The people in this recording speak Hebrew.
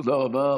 תודה רבה.